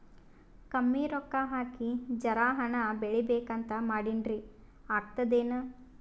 ಕಮ್ಮಿ ರೊಕ್ಕ ಹಾಕಿ ಜರಾ ಹಣ್ ಬೆಳಿಬೇಕಂತ ಮಾಡಿನ್ರಿ, ಆಗ್ತದೇನ?